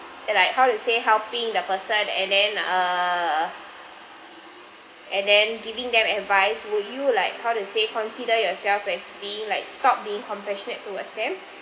and like how to say helping the person and then err and then giving them advice would you like how to say consider yourself as being like stop being compassionate to